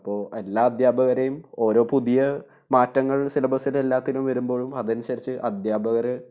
അപ്പോള് എല്ലാ അധ്യാപകരെയും ഓരോ പുതിയ മാറ്റങ്ങൾ സിലബസ്സില് എല്ലാത്തിനും വരുമ്പോഴും അതനുസരിച്ച് അധ്യാപകര്